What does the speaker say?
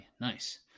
Nice